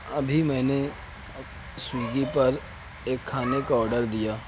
ابھی میں نے سیوئگی پر ایک کھانے کا آڈر دیا